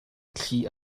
thli